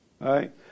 Right